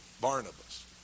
Barnabas